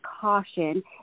caution